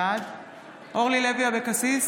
בעד אורלי לוי אבקסיס,